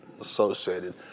associated